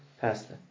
pasta